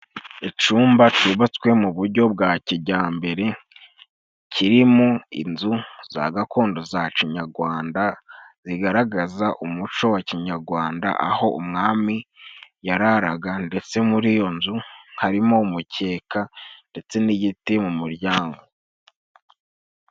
Icumba cubatswe mu bujyo bwa kijambere kirimo inzu za gakondo za kinyagwanda, zigaragaza umuco wa kinyagwanda, aho umwami yararaga ndetse muri iyo nzu harimo umukeka ndetse n'igiti mu muryango.